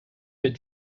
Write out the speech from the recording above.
fit